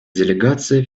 делегация